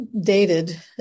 dated